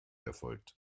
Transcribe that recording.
erfolgt